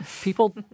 people